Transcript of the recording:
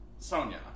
Sonya